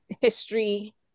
history